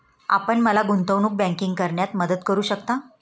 आपण मला गुंतवणूक बँकिंग करण्यात मदत करू शकता?